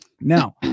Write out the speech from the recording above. Now